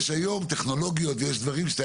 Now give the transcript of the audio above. היום יש טכנולוגיות ויש דברים שאתה